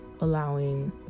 allowing